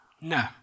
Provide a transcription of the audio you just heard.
No